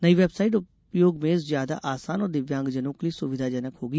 नई वेबसाइट उपयोग में ज्यादा आसान और दिव्यांगजनों के लिए सुविधाजनक होगी